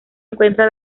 encuentra